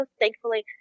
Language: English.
thankfully